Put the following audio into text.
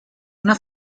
una